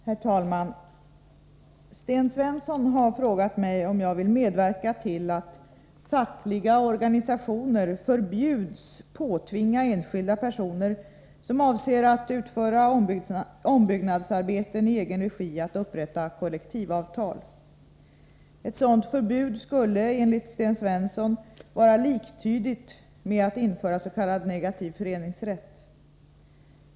Herr talman! Sten Svensson har frågat mig om jag vill medverka till att fackliga organisationer förbjuds påtvinga enskilda personer som avser att utföra ombyggnadsarbeten i egen regi att upprätta kollektivavtal. Ett sådant förbud skulle enligt Sten Svensson vara liktydigt med att införa s.k. negativ föreningsrätt.